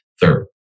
third